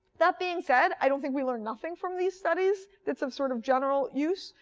that being said, i don't think we learned nothing from these studies that's of sort of general use.